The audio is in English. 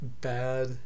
bad